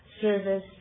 service